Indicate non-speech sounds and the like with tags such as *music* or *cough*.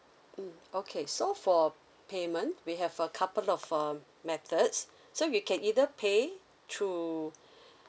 mm okay so for payment we have a couple of uh methods so you can either pay through *breath*